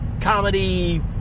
comedy